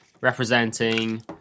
representing